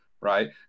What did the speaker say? right